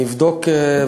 אני אבדוק,